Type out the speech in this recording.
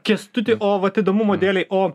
kęstuti o vat įdomumo dėlei o